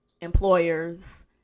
employers